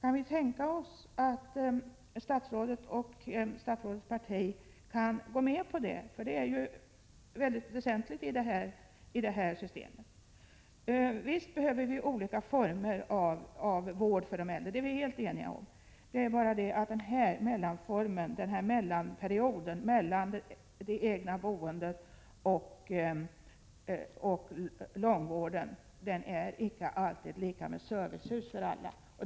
Är det möjligt att statsrådet och statsrådets parti kan gå med på statsbidrag till driften av ett sådant? Det är mycket väsentligt att få besked om detta. Visst behöver vi olika former av vård för de äldre — det är vi helt eniga om. Det är bara det att lösningen på problemen under perioden mellan det egna boendet och långvården icke alltid är lika med servicehus för alla.